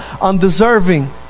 undeserving